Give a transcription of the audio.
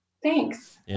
Thanks